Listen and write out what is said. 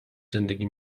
زندگی